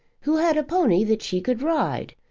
who had a pony that she could ride,